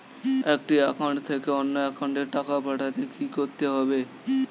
একটি একাউন্ট থেকে অন্য একাউন্টে টাকা পাঠাতে কি করতে হবে?